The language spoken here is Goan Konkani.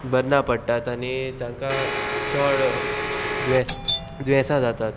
बरना पडटात आनी तांकां चड दुयेंस द्वेसां जातात